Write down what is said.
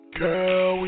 girl